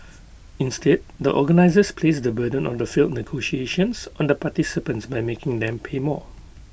instead the organisers placed the burden of the failed negotiations on the participants by making them pay more